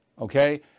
okay